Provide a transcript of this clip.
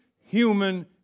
human